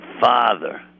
father